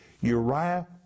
Uriah